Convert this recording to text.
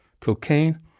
cocaine